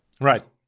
Right